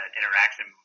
interaction